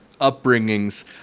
upbringings